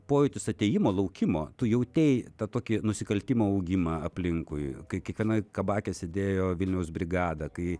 pojūtis atėjimo laukimo tu jautei tą tokį nusikaltimo augimą aplinkui kai kiekvienoj kabake sėdėjo vilniaus brigada kai